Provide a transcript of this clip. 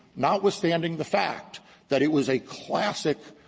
notwithstanding the fact that it was a classic